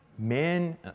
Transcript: men